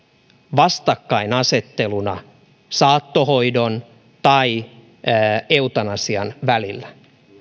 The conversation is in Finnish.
vastakkainasetteluna saattohoidon tai eutanasian välillä